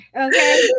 okay